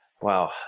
Wow